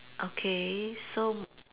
okay so~